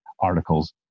articles